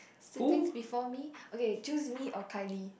siblings before me okay choose me or Kylie